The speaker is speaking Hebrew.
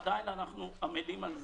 עדיין אנחנו עמלים על זה,